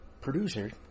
producer